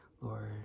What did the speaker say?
Lord